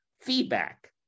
feedback